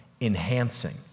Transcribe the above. enhancing